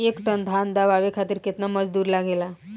एक टन धान दवावे खातीर केतना मजदुर लागेला?